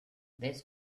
this